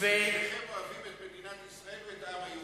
כי שניכם אוהבים את מדינת ישראל ואת העם היהודי.